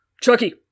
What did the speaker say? Chucky